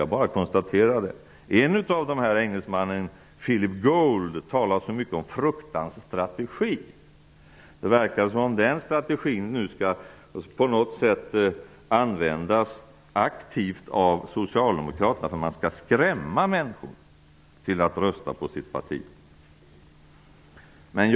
Jag bara konstaterar att t.ex. engelsmannen Philip Gould talar om fruktans strategi. Det verkar som om den strategin skall användas aktivt av Socialdemokraterna för att skrämma människor att rösta på partiet. Herr talman!